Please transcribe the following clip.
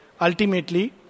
ultimately